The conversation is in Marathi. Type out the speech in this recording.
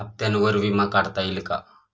हप्त्यांवर विमा काढता येईल का?